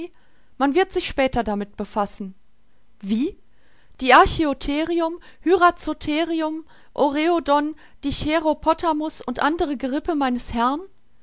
man wird sich später damit befassen wie die archiotherium hyracotherium oreodon die cheropotamus und andere gerippe meines herrn